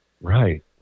Right